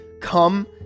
Come